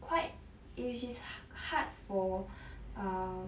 quite which is hard for err